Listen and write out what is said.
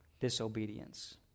disobedience